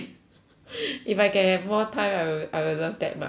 if I can have more time I will I will love that much the kids